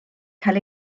cael